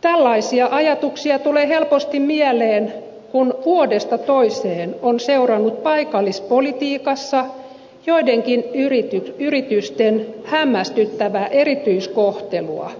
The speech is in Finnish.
tällaisia ajatuksia tulee helposti mieleen kun vuodesta toiseen on seurannut paikallispolitiikassa joidenkin yritysten hämmästyttävää erityiskohtelua